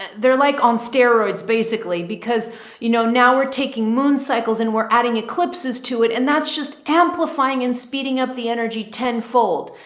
they're like on steroids basically, because you know, now we're taking moon cycles and we're adding eclipses to it, and that's just amplifying and speeding up the energy ten fold.